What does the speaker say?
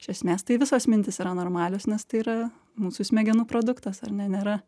iš esmės tai visos mintys yra normalios nes tai yra mūsų smegenų produktas ar ne nėra